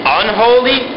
unholy